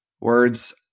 Words